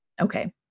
okay